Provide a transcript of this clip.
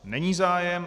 Není zájem.